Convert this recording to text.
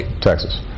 Texas